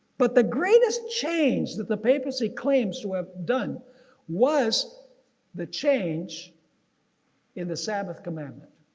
but the greatest change that the papacy claims to have done was the change in the sabbath commandment.